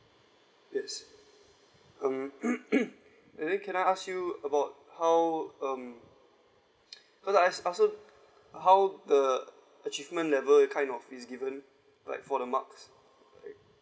yes mm and then can I ask you about how um how the achievement level kind of is given like for the marks